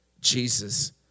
Jesus